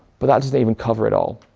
but that doesn't even cover it all.